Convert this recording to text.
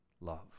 love